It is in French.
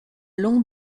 long